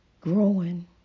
growing